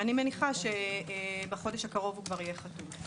אני מניחה שבחודש הקרוב הוא כבר יהיה חתום.